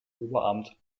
oberamt